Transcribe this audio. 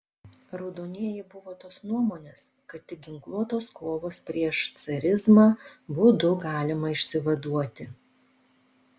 raudonieji buvo tos nuomonės kad tik ginkluotos kovos prieš carizmą būdu galima išsivaduoti